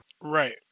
Right